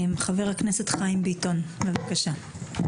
חבר הכנסת חיים ביטון, בבקשה.